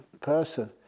person